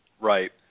right